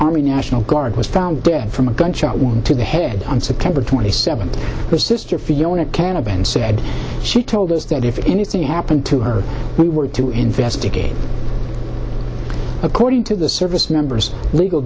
army national guard was found dead from a gunshot wound to the head on september twenty seventh her sister fiona canavan said she told us that if anything happened to her we were to investigate according to the service members legal